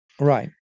right